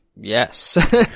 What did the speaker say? Yes